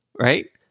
right